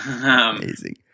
Amazing